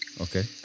Okay